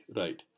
right